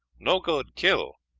no good kill.